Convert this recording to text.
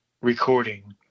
recording